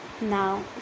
Now